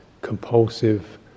compulsive